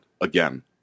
Again